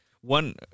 One